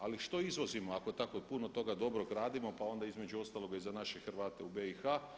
Ali što izvozimo ako tako puno toga dobrog radimo pa onda između ostaloga i za naše Hrvate u BiH.